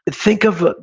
but think of,